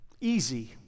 easy